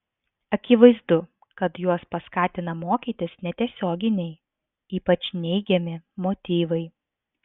akivaizdu kad juos paskatina mokytis netiesioginiai ypač neigiami motyvai